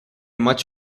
much